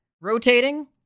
rotating